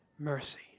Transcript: mercy